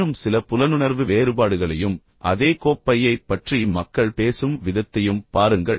இன்னும் சில புலனுணர்வு வேறுபாடுகளையும் அதே கோப்பையை பற்றி மக்கள் பேசும் விதத்தையும் பாருங்கள்